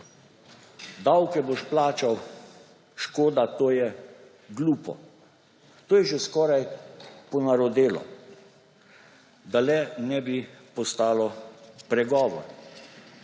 »Davke boš plačal. Škoda, to je glupo.« To je že skoraj ponarodelo, da le ne bi postalo pregovor.